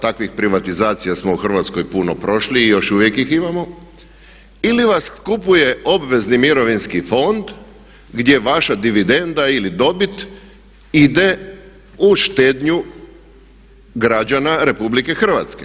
Takvih privatizacija smo u Hrvatskoj puno prošli i još uvijek ih imamo ili vas kupuje obvezni mirovinski fond gdje vaša dividenda ili dobit ide u štednju građana RH?